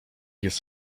jest